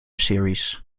series